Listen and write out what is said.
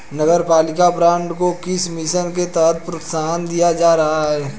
नगरपालिका बॉन्ड को किस मिशन के तहत प्रोत्साहन दिया जा रहा है?